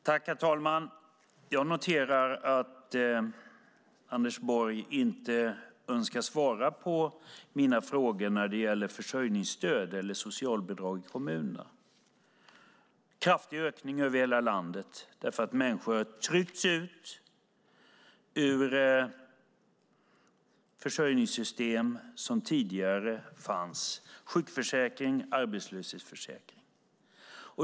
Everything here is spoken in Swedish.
Herr talman! Jag noterar att Anders Borg inte önskar svara på mina frågor när det gäller försörjningsstöd eller socialbidrag i kommunerna. Det är en kraftig ökning över hela landet, för människor har tryckts ut ur försörjningssystem som tidigare fanns, sjukförsäkring, arbetslöshetsförsäkring.